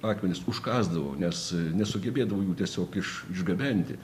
akmenis užkasdavo nes nesugebėdavo jų tiesiog iš išgabenti